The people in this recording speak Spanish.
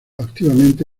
activamente